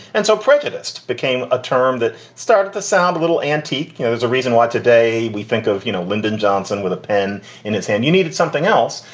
and so prejudiced became a term that started to sound a little antique. you know, there's a reason why today we think of, you know, lyndon johnson with a pen in his hand. you needed something else.